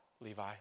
Levi